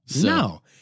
No